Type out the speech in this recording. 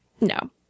no